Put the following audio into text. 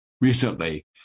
recently